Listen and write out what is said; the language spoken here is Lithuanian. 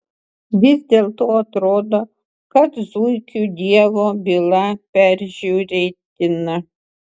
vis dėlto atrodo kad zuikių dievo byla peržiūrėtina